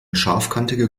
scharfkantige